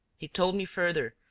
he told me, further,